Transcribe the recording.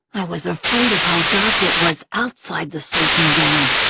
i was afraid of how dark it was outside the sleeping bag.